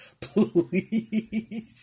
Please